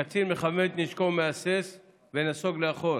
הקצין מחמש נשקו, מהסס ונסוג לאחור.